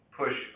push